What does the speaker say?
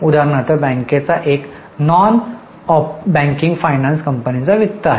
उदाहरणार्थ बँकेचा एक नॉन बँकिंग फायनान्स कंपन्यांचा वित्त आहे